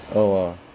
oh !wow!